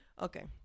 Okay